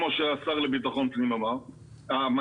כמו שמנכ"ל ביטחון פנים אמר,